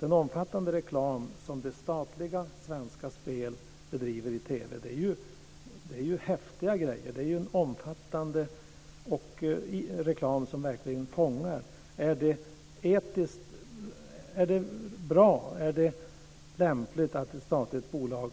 Den omfattande reklam som statliga Svenska Spel bedriver i TV är ju häftiga grejer. Det är en omfattande reklam som verkligen fångar. Är det bra och lämpligt att ett statligt bolag